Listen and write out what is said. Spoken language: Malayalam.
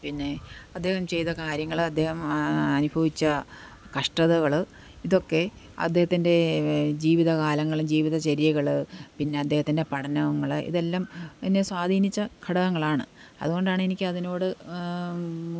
പിന്നെ അദ്ദേഹം ചെയ്ത കാര്യങ്ങൾ അദ്ദേഹം അനുഭവിച്ച കഷ്ടതകൾ ഇതൊക്കെ അദ്ദേഹത്തിന്റെ ജീവിത കാലങ്ങൾ ജീവിത ചര്യകൾ പിന്നെ അദ്ദേഹത്തിന്റെ പഠനങ്ങൾ ഇതൊക്കെ എന്നെ സ്വാധീനിച്ച ഘടകങ്ങളാണ് അതുകൊണ്ടാണ് എനിക്ക് അതിനോട്